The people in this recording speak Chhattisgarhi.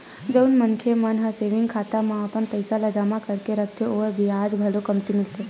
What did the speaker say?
जउन मनखे मन ह सेविंग खाता म अपन पइसा ल जमा करके रखथे ओला बियाज घलो कमती मिलथे